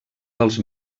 dels